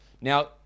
Now